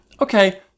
Okay